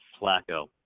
Flacco